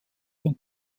von